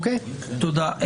תודה.